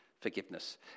forgiveness